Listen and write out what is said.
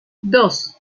dos